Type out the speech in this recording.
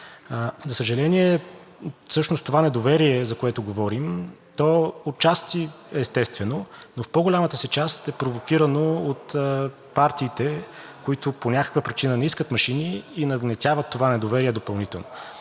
За съжаление, всъщност това недоверие, за което говорим, то отчасти, естествено, в по-голямата си част е провокирано от партиите, които по някаква причина не искат машини и нагнетяват това недоверие допълнително.